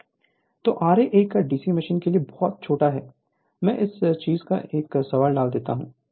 Refer Slide Time 1109 तो ra एक DC machine के लिए बहुत छोटा है मैं इस चीज में एक सवाल डाल देता हूं